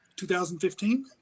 2015